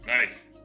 Nice